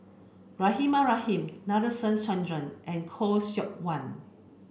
Rahimah Rahim Nadasen Chandra and Khoo Seok Wan